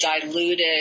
diluted